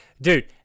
dude